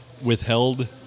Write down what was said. withheld